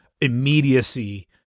immediacy